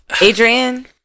Adrian